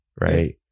right